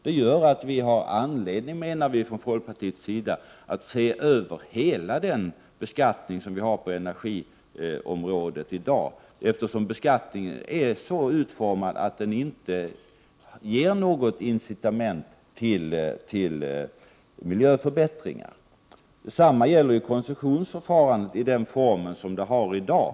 Detta gör att vi anser att man har anledning att se över hela den beskattning som vi i dag har på energiområdet, eftersom beskattningen är så utformad att den inte ger något incitament till miljöförbättringar. Detsamma gäller koncessionsförfarandet i den form som det har i dag.